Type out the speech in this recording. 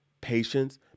patience